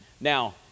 Now